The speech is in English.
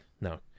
No